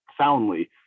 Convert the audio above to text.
soundly